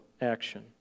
action